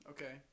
Okay